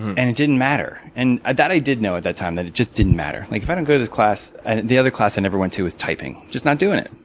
and it didn't matter. and that i did know, at that time, that it just didn't matter. like if i don't go to this class and the other class i never went to was typing. just not doing it.